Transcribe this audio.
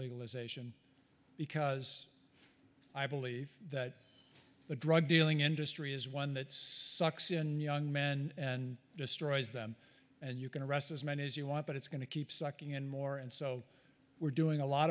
legalization because i believe that the drug dealing industry is one that sucks in young men and destroys them and you can arrest as many as you want but it's going to keep sucking in more and so we're doing a lot